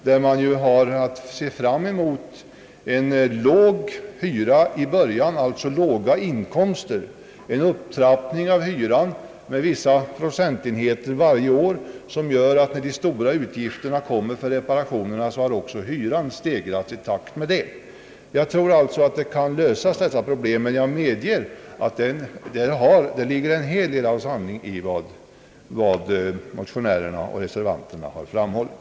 Den innebär ju att fastighetsägarna får låga hyresinkomster i början, men att det sker en upptrappning med vissa procentenheter varje år för att hyresintäkterna skall räcka till när de stora utgifterna för reparationerna kommer. Jag tror alltså att dessa problem så småningom kommer att lösas, men jag medger att det ligger en hel del sanning i vad motionärerna och reservanterna har framhållit.